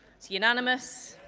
unanimous.